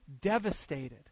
devastated